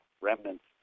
remnants